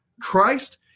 Christ